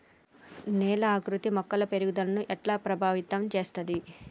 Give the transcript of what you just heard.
నేల ఆకృతి మొక్కల పెరుగుదలను ఎట్లా ప్రభావితం చేస్తది?